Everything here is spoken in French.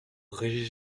régis